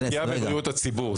בבריאות הציבור.